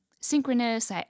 synchronous